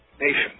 nation